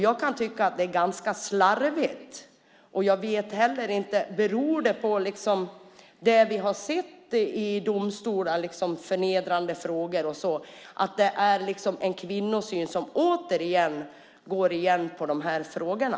Jag kan tycka att det är ganska slarvigt, och jag vet heller inte varför det är så. Beror det på det vi har sett i domstolar - förnedrande frågor och så - nämligen att det är en viss kvinnosyn som återigen syns i de här frågorna?